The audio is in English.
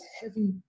heavy